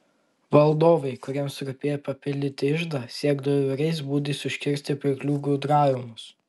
valdovai kuriems rūpėjo papildyti iždą siekdavo įvairiais būdais užkirsti pirklių gudravimus